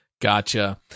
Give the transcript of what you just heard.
gotcha